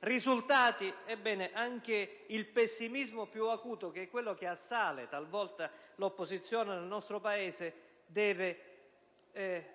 risultati, ebbene anche il pessimismo più acuto, quello che assale talvolta l'opposizione nel nostro Paese, deve